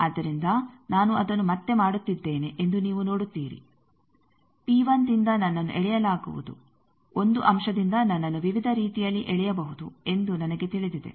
ಆದ್ದರಿಂದ ನಾನು ಅದನ್ನು ಮತ್ತೆ ಮಾಡುತ್ತಿದ್ದೇನೆ ಎಂದು ನೀವು ನೋಡುತ್ತೀರಿ ದಿಂದ ನನ್ನನ್ನು ಎಳೆಯಲಾಗುವುದು 1 ಅಂಶದಿಂದ ನನ್ನನ್ನು ವಿವಿಧ ರೀತಿಯಲ್ಲಿ ಎಳೆಯಬಹುದು ಎಂದು ನನಗೆ ತಿಳಿದಿದೆ